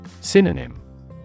Synonym